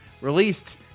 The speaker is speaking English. Released